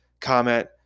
comment